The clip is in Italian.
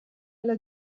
alla